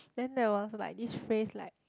then there was like this phrase like